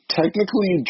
technically